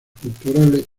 culturales